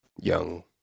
young